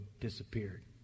disappeared